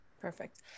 Perfect